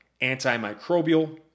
antimicrobial